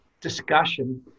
discussion